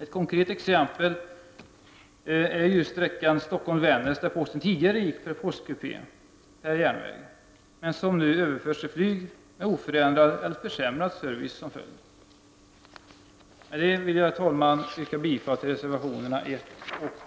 Ett konkret exempel är sträckan Stockholm-Vännäs, där posten tidigare gick i postkupé per järnväg men nu överförs till flyg, med oförändrad eller försämrad service som följd. Med detta, herr talman, vill jag yrka bifall till reservationerna 1 och 2.